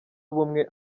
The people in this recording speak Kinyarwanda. ubumwe